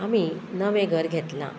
आमी नवे घर घेतलां